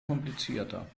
komplizierter